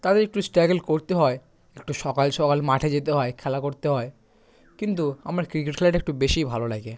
তাদের একটু স্ট্রাগল করতে হয় একটু সকাল সকাল মাঠে যেতে হয় খেলা করতে হয় কিন্তু আমার ক্রিকেট খেলাটা একটু বেশিই ভালো লাগে